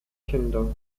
kinder